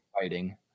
fighting